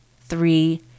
three